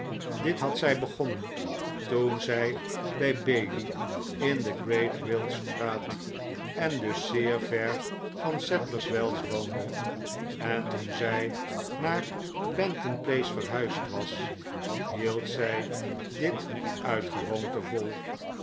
dit had zij begonnen toen zij bij bailey in de greatwildstraat en dus zeer ver van sadlers wells woonde en toen zij naar penton place verhuisd was hield zij dit uit gewoonte vol